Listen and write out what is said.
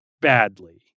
badly